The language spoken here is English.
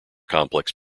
complex